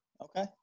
Okay